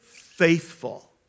faithful